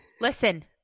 Listen